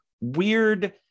weird